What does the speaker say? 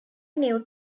knew